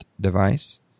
device